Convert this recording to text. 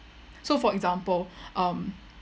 so for example um